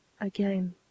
again